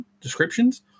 descriptions